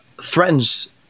threatens